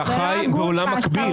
אתה חי בעולם מקביל.